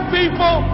people